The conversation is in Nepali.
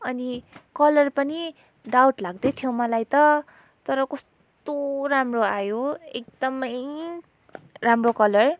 अनि कलर पनि डाउट लाग्दैथ्यो मलाई त तर कस्तो राम्रो आयो एकदमै राम्रो कलर